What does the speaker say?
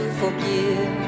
forgive